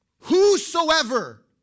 Whosoever